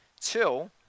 till